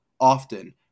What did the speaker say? often